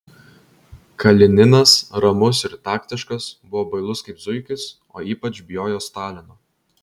kalininas ramus ir taktiškas buvo bailus kaip zuikis o ypač bijojo stalino